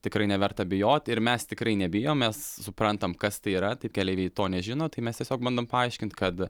tikrai neverta bijot ir mes tikrai nebijom mes suprantam kas tai yra tai keleiviai to nežino tai mes tiesiog bandom paaiškint kad